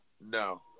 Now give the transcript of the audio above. No